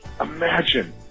imagine